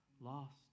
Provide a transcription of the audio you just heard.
lost